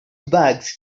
bags